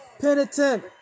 penitent